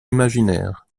imaginaire